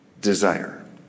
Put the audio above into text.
desire